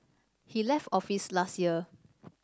he left office last year